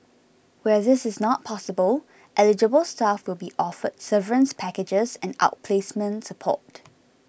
where this is not possible eligible staff will be offered severance packages and outplacement support